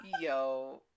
Yo